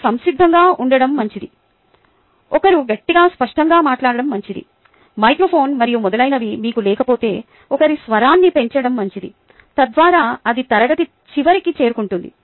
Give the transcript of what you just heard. మీరు సంసిద్ధoగా ఉండడం మంచిది ఒకరు గట్టిగా స్పష్టంగా మాట్లాడం మంచిది మైక్రోఫోన్ మరియు మొదలైనవి మీకు లేకపోతే ఒకరి స్వరాన్ని పెంచడం మంచిది తద్వారా అది తరగతి చివరికి చేరుకుంటుంది